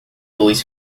dois